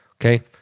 Okay